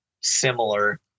similar